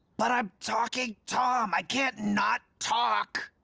but i'm talking tom, i can't not talk.